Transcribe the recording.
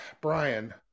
Brian